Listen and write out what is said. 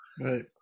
right